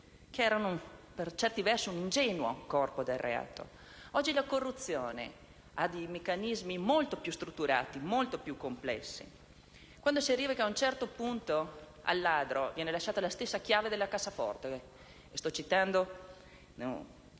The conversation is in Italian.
che, per certi versi, erano un ingenuo corpo del reato. Oggi la corruzione ha dei meccanismi molto più strutturati e complessi, come «quando si vede che, a un certo punto, al ladro viene lasciata la stessa chiave della cassaforte»: sto citando